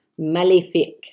maléfique